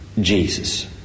Jesus